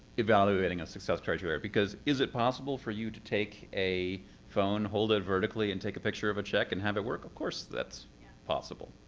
evaluating a success criterion. because is it possible for you to take a phone, hold it vertically, and take a picture of a check and have it work? of course that's possible.